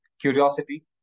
Curiosity